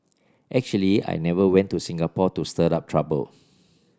actually I never went to Singapore to stir up trouble